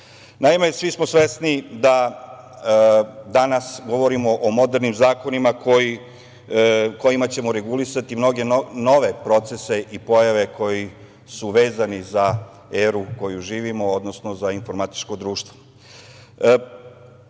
svi smo svesni da danas govorimo o modernim zakonima kojima ćemo regulisati mnoge nove procese i pojave koji su vezani za eru koju živimo, odnosno za informatičko društvo. Takođe,